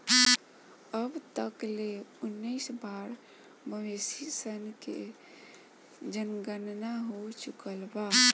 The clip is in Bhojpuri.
अब तक ले उनऽइस बार मवेशी सन के जनगणना हो चुकल बा